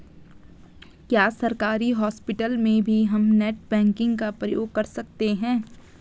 क्या सरकारी हॉस्पिटल में भी हम नेट बैंकिंग का प्रयोग कर सकते हैं?